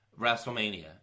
WrestleMania